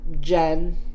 Jen